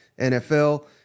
NFL